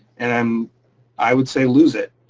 and um i would say, lose it,